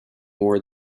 more